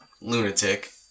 lunatic